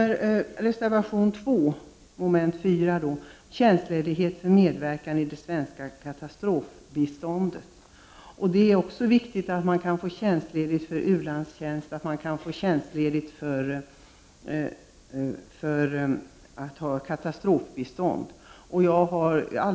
Reservation 2 handlar om tjänstledighet för medverkan i det svenska katastrofbiståndet. Det är viktigt att man kan få tjänstledighet för u-landstjänst och för medverkan i katastrofbistånd.